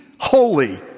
holy